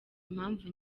impamvu